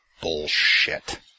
bullshit